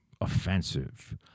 offensive